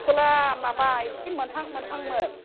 थिबख'लआ माबा इसे मोनहां मोनहांमोन